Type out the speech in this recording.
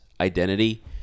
identity